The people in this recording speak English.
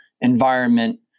environment